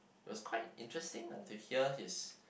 it was quite interesting ah to hear his